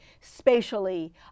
spatially